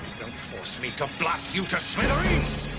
don't force me to blast you to smithereens!